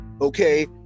Okay